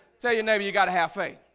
tell you neighbor you gotta have faith